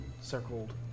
circled